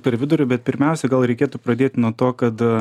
per vidurį bet pirmiausiai gal reikėtų pradėti nuo to kad